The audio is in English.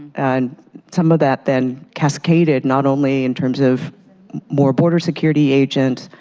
and some of that then cascaded not only in terms of more border security agents,